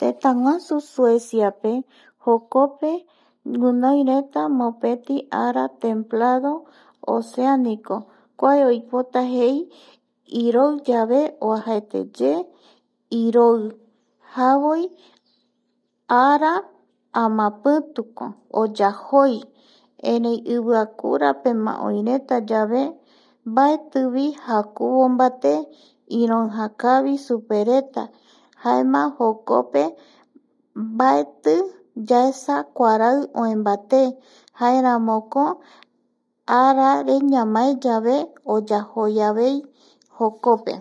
Tëtäguasu Sueciape jokope guinoireta ara templado oceanico kua oipota jei iroi yave oajaeteye iroi javoi ara amapituko oyajoi erei iviakurapema oireta yave mbaetivi jakuvo mbate iroija kavi supereta jaema jokope mbaeti kuarai oe mbate jaeramoko arare ñamaeyave oyajoi avei jokope